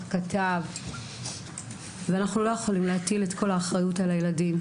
כתב ואנחנו לא יכולים להטיל את כל האחריות על הילדים.